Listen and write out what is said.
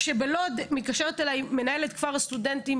כשבלוד מתקשרת אלי מנהלת כפר הסטודנטים